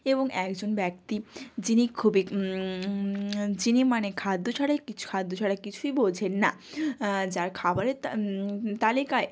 এবং একজন ব্যক্তি যিনি খুবই যিনি মানে খাদ্য ছাড়াই কিছু খাদ্য ছাড়া কিছুই বোঝেন না যার খাবারের তা তালিকায়